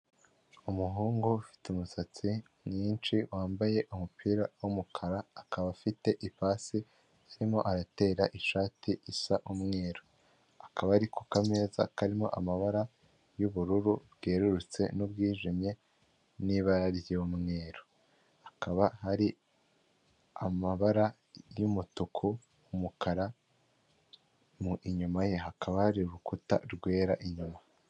Umuhungu ufite umusatsi mwinshi wambaye umupira w'umukara akaba afite ipasi arimo aratera ishati isa umweru, akaba ari ku kameza karimo amabara y'ubururu bwerurutse n'ubwijimye, ni ibara ry'umweru hakaba hari amabara y'umutuku, umukara inyuma ye hakaba hari urukuta rwera inyuma.